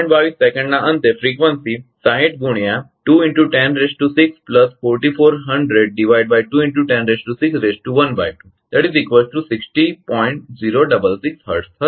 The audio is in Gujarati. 22 સેકન્ડના અંતે ફ્રીકવંસી Hertzહર્ટ્ઝ હશે